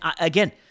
again